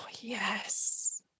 yes